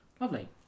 Lovely